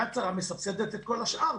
"יד שרה" מסבסדת את כל השאר.